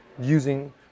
using